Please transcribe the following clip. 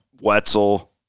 Wetzel